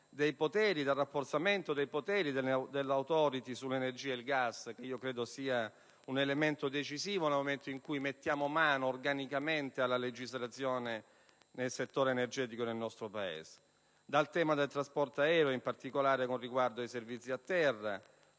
e il rafforzamento dei poteri dell'*Authority* sull'energia e il gas, che credo sia un elemento decisivo nel momento in cui mettiamo mano organicamente alla legislazione nel settore energetico del nostro Paese; il tema del trasporto aereo, in particolare con riguardo ai servizi a terra;